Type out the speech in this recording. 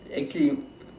actually